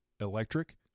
Electric